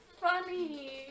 funny